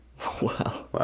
Wow